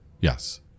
yes